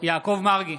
יעקב מרגי,